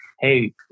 hey